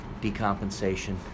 decompensation